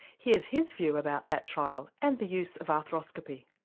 here's his view about that trial and the use of arthroscopy.